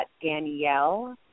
Danielle